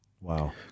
Wow